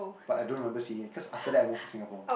but I don't remember seeing it cause after that I move to Singapore